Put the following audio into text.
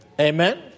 Amen